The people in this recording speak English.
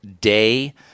day